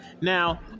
Now